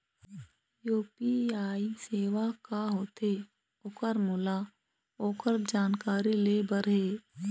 UPI सेवा का होथे ओकर मोला ओकर जानकारी ले बर हे?